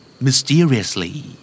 Mysteriously